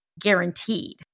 guaranteed